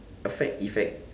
affect effect